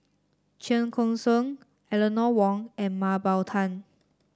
Cheong Koon Seng Eleanor Wong and Mah Bow Tan